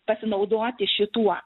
pasinaudoti šituo